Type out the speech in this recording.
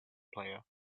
player